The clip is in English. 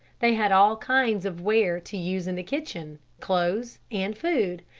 they had all kinds of ware to use in the kitchen, clothes, and food.